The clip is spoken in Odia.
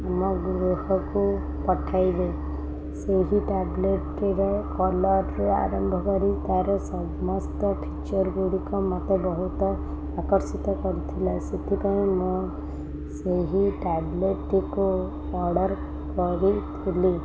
ଆମ ଗୃହକୁ ପଠାଇବେ ସେହି ଟ୍ୟାବ୍ଲେଟ୍ଟିର କଲର୍ରୁ ଆରମ୍ଭ କରି ତା'ର ସମସ୍ତ ଫିଚର୍ଗୁଡ଼ିକ ମୋତେ ବହୁତ ଆକର୍ଷିତ କରିଥିଲା ସେଥିପାଇଁ ମୁଁ ସେହି ଟ୍ୟାବ୍ଲେଟ୍ଟିକୁ ଅର୍ଡ଼ର୍ କରିଥିଲି